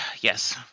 Yes